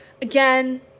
again